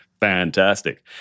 fantastic